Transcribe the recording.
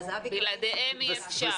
בלעדיהם אי אפשר.